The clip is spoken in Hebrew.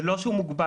זה לא שהוא מוגבל,